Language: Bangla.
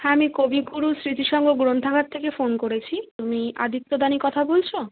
হ্যাঁ আমি কবিগুরু স্মৃতিসঙ্গ গ্রন্থাগার থেকে ফোন করেছি তুমি আদিত্য দানি কথা বলছো